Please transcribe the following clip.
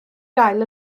gael